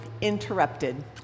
Interrupted